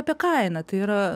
apie kainą tai yra